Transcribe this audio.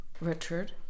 Richard